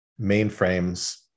mainframes